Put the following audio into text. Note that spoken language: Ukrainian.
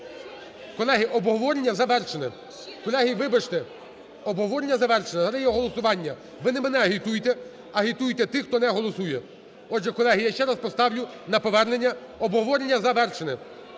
Колеги, обговорення завершене. Колеги, вибачте, обговорення завершено. Зараз йде голосування. Ви не мене агітуйте – агітуйте тих, хто не голосує. Отже, колеги, я ще раз поставлю на повернення. Обговорення завершено.